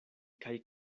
kaj